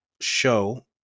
show